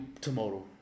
tomorrow